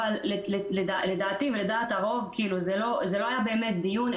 אבל לדעתי ולדעת הרוב זה לא היה באמת דיון,